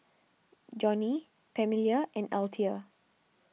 Johnny Pamelia and Althea